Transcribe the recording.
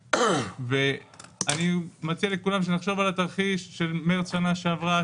אני מציע לכולם שנחשוב על התרחיש של מרץ שנה שעברה,